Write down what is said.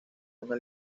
una